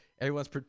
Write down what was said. everyone's